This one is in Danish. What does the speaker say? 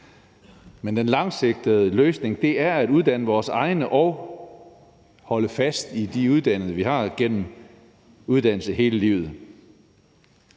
men den langsigtede løsning er at uddanne vores egne og holde fast i de uddannede, vi har, gennem uddannelse hele livet.